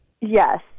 Yes